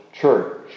church